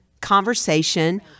conversation